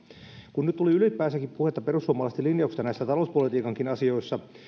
kun nyt tuli ylipäänsäkin puhetta perussuomalaisten linjauksista näissä talouspolitiikankin asioissa